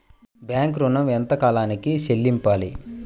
Bank ఋణం ఎంత కాలానికి చెల్లింపాలి?